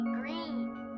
green